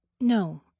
No